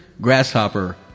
grasshopper